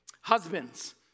Husbands